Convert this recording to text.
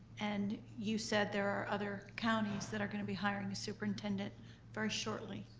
and you said there are other counties that are gonna be hiring a superintendent very shortly.